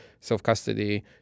self-custody